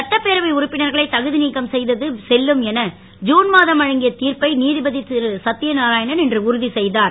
சட்டப்பேரவை உறுப்பினர்களை தகுதி நீக்கம் செய்தது செல்லும் என ஜுன் மாதம் வழங்கிய தீர்ப்பை நீதிபதி திருசத்தியநாராயணன் இன்று உறுதி செய்தார்